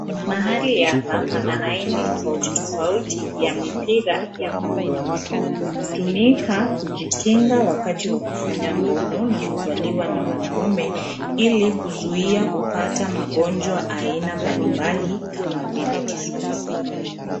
Mahali hapa pana aina tofauti tofauti ya mipira ya kondomu. Hutumika kujikinga wakati wa kufanya ngono, na huvaliwa na wanaume ili kuzuia kupata magonjwa aina mbali mbali, kama vile kisonono.